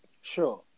Sure